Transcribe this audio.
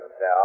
now